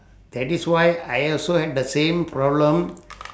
that is why I also had the same problem